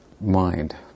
mind